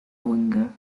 winger